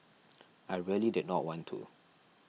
I really did not want to